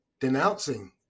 denouncing